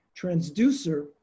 transducer